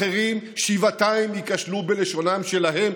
אחרים שבעתיים ייכשלו בלשונם שלהם.